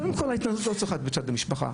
קודם כל ההתנצלות לא צריכה להיות בצד המשפחה.